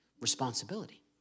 responsibility